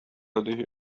لديه